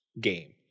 game